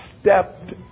stepped